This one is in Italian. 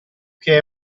che